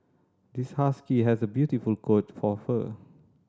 this husky has a beautiful coat of fur